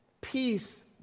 peace